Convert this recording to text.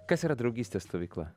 kas yra draugystės stovykla